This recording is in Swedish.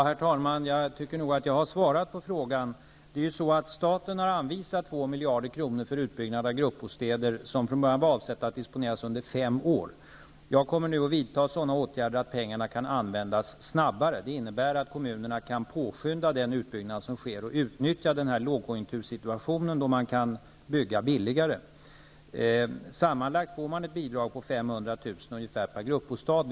Herr talman! Jag tycker nog att jag har svarat på frågan. Staten har anvisat 2 miljarder kronor för utbyggnad av gruppbostäder. Anslaget var från början avsett att disponeras under fem år. Jag kommer nu att vidta sådana åtgärder att pengarna kan användas snabbare. Det innebär att kommunerna kan påskynda den utbyggnad som sker och utnyttja den lågkonjunktursituationen som nu råder, då man kan bygga billigare. De får sammanlagt ett bidrag på ungefär 500 000 kr. per gruppbostad.